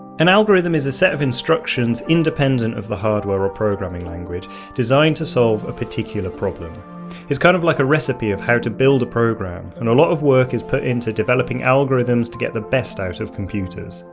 an algorithm is a set of instructions independent of the hardware or programming language designed to solve a particular problem. it is kind of like a recipe of how to build a program and a lot of work is put into developing algorithms to get the best out of computers.